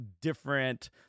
different